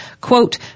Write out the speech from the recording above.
quote